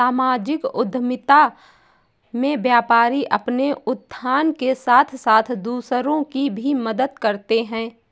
सामाजिक उद्यमिता में व्यापारी अपने उत्थान के साथ साथ दूसरों की भी मदद करते हैं